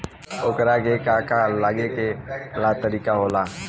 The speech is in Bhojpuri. ओकरा के का का लागे ला का तरीका होला?